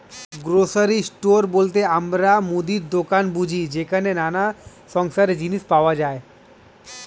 grocery store বলতে আমরা মুদির দোকান বুঝি যেখানে নানা সংসারের জিনিস পাওয়া যায়